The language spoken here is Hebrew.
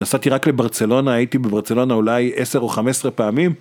נסעתי רק לברצלונה, הייתי בברצלונה אולי עשר או חמש עשרה פעמים.